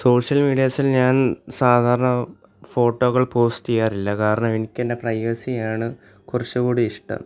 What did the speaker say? social മീഡിയാസിൽ ഞാൻ സാധാരണ ഫോട്ടോകൾ പോസ്റ്റ് ചെയ്യാറില്ല കാരണം എനിക്കെൻ്റെ പ്രൈവസിയാണ് കുറച്ചുകൂടി ഇഷ്ടം